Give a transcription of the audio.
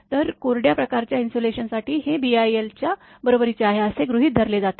तर कोरड्या प्रकारच्या इन्सुलेशन साठी हे बीआयएलच्या बरोबरीचे आहे असे गृहित धरले जाते